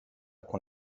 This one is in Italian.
con